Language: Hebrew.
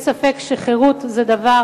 אין ספק שחירות היא דבר